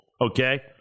Okay